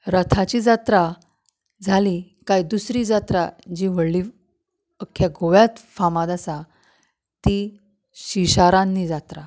रथाची जात्रा जाली काय दुसरी जात्रा जी व्हडली अखख्या गोव्यांत फामाद आसा ती शिरशारांनी जात्रा